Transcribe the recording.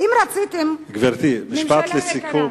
גברתי, משפט לסיכום.